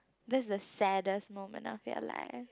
this is the saddest moment of your life